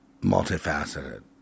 multifaceted